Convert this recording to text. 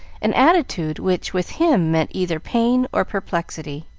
an attitude which, with him, meant either pain or perplexity.